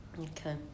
Okay